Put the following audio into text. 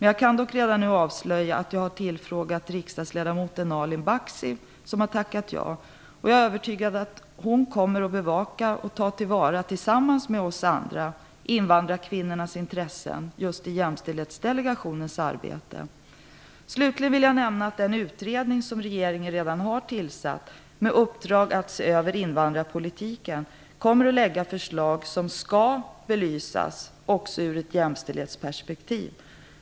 Jag kan dock redan nu avslöja att jag tillfrågat riksdagsledamoten Nalin Baksi, som har tackat ja. Jag är övertygad om att hon kommer att bevaka och ta till vara, tillsammans med oss andra, invandrarkvinnornas intressen i just Jämställdhetsdelegationens arbete. Slutligen vill jag nämna att den utredning som regeringen redan har tillsatt, med uppdrag att se över invandrarpolitiken, kommer att lägga fram förslag som skall belysas också ur ett jämställdhetsperspektiv.